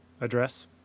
address